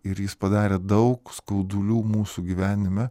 ir jis padarė daug skaudulių mūsų gyvenime